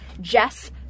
Jess